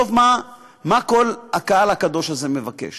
בסוף מה כל הקהל הקדוש הזה מבקש?